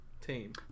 team